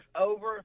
over